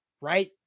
right